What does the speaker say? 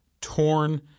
Torn